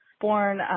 born